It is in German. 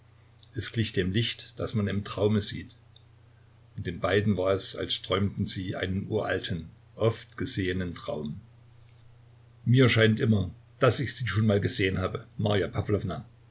es glich dem licht das man im traume sieht und den beiden war es als träumten sie einen uralten oft gesehenen traum mir scheint immer daß ich sie schon mal gesehen habe